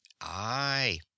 Aye